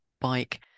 bike